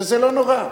וזה לא נורא.